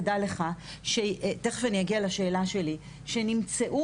תדע לך - שתיכף אני אגיע לשאלה שלי שנמצאו